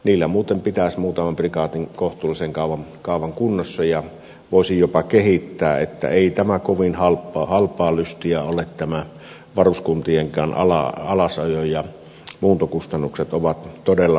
niillä muuten pitäisi muutaman prikaatin kohtuullisen kauan kunnossa ja niitä voisi jopa kehittää niin että ei tämä kovin halpaa lystiä ole tämä varuskuntienkaan alasajo ja muuntokustannukset ovat todella mittavia